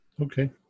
Okay